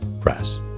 Press